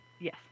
Yes